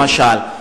למשל.